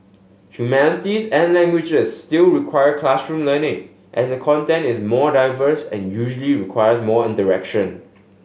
humanities and languages still require classroom learning as the content is more diverse and usually require more interaction